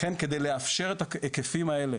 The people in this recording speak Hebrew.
לכן, כדי לאפשר את ההיקפים האלה